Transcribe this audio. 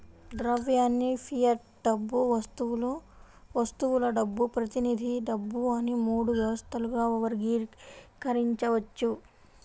ద్రవ్యాన్ని ఫియట్ డబ్బు, వస్తువుల డబ్బు, ప్రతినిధి డబ్బు అని మూడు వ్యవస్థలుగా వర్గీకరించవచ్చు